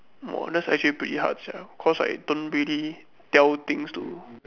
oh that's actually pretty hard sia cause I don't really tell things to do